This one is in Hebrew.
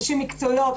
נשים מקצועיות,